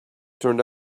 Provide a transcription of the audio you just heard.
turned